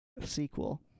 sequel